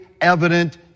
evident